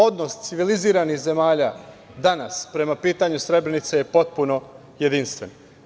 Odnos civilizovanih zemalja danas prema pitanju Srebrenice je potpuno jedinstven.